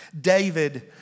David